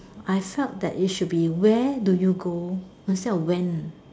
I felt that it should be where do you go instead of when